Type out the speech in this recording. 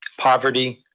poverty,